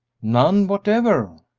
none whatever,